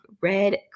red